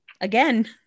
again